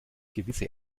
gewisse